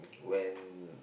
when